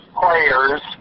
players